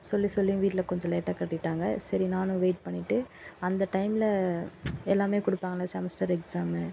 சொல்லி சொல்லியும் வீட்டில் கொஞ்சம் லேட்டா கட்டிட்டாங்கள் சரி நானும் வெயிட் பண்ணிட்டு அந்த டைமில் எல்லாமே கொடுப்பாங்கள செமஸ்டர் எக்ஸாமு